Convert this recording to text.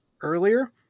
earlier